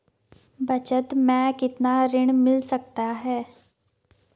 बचत मैं कितना ऋण मिल सकता है?